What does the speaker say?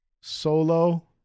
Solo